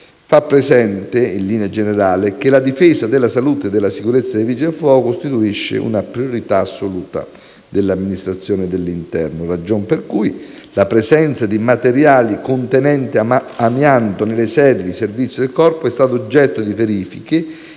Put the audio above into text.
far presente, in linea generale, che la difesa della salute e della sicurezza dei vigili del fuoco costituisce una priorità assoluta dell'Amministrazione dell'interno; ragion per cui la presenza di materiali contenenti amianto nelle sedi di servizio del Corpo è stata oggetto di verifiche